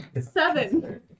Seven